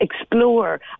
explore